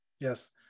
Yes